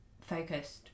focused